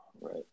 Right